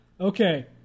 Okay